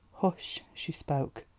hush! she spoke.